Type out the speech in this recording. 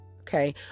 Okay